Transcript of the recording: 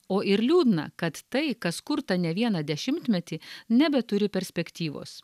o ir liūdna kad tai kas kurta ne vieną dešimtmetį nebeturi perspektyvos